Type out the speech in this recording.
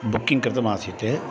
booking कृतमासीत्